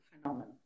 phenomenon